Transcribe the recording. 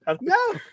No